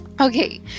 Okay